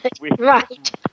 Right